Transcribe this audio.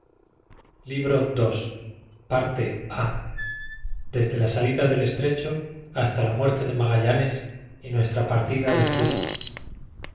libro ii desde ia salida del estrecho hasta la muerte de magallanes y nuestra partida de zubu